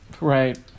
right